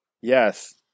yes